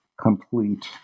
complete